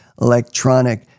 electronic